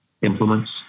implements